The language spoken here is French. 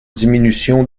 diminution